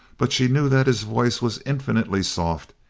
but she knew that his voice was infinitely soft,